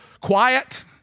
quiet